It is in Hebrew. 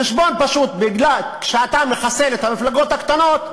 חשבון פשוט, כשאתה מחסל את המפלגות הקטנות,